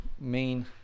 main